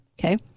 Okay